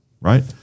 Right